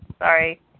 Sorry